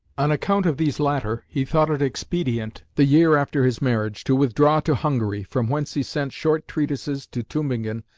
on account of these latter he thought it expedient, the year after his marriage, to withdraw to hungary, from whence he sent short treatises to tubingen,